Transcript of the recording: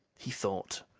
he thought.